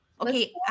okay